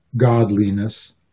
godliness